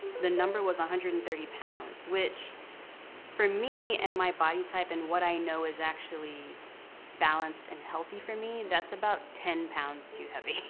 the number was one hundred and thirty pounds which for me and my body type, and what i know is actually balanced and healthy for me, that's about ten pounds too heavy.